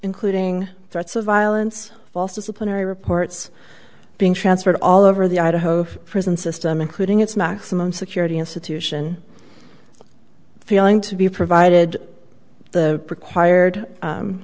including threats of violence false disciplinary reports being transferred all over the idaho prison system including its maximum security institution feeling to be provided the required